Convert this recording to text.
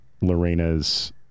Lorena's